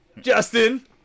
justin